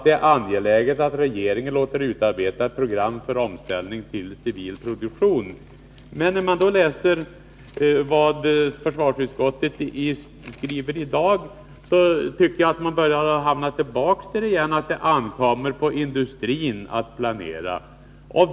Det är angeläget att regeringen låter utarbeta ett program för omställning till civil produktion inom flygindustrin.” När jag läser vad försvarsutskottet skriver i dag tycker jag mig finna att man kommer tillbaka till att det ankommer på industrin att planera.